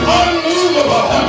unmovable